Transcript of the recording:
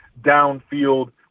downfield